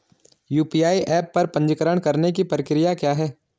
UPI app पर पंजीकरण करने की प्रक्रिया क्या है?